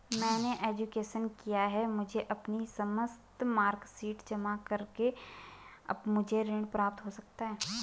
मैंने ग्रेजुएशन किया है मुझे अपनी समस्त मार्कशीट जमा करके मुझे ऋण प्राप्त हो सकता है?